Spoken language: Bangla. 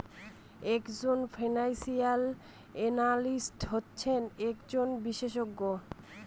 এক জন ফিনান্সিয়াল এনালিস্ট হচ্ছেন একজন বিশেষজ্ঞ